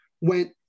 went